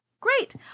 Great